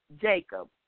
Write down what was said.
Jacob